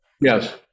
Yes